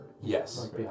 Yes